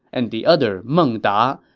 and the other meng da.